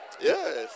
Yes